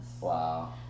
Wow